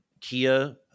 Kia